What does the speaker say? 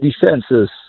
defenses